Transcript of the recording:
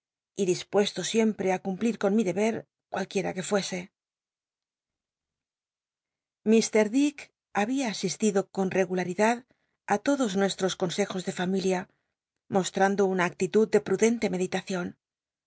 y dispuesto siempre i cumplir con mi debe cualqnieta que fuese mr dick había asistido con regularidad ü lodos nuestros consejos de familia mostmndo una actitud de ptudente meditacion